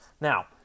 Now